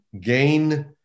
gain